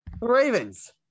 Ravens